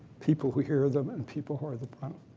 people who hear them, and people who are the problem.